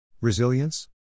Resilience